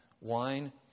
wine